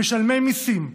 משלמי מיסים,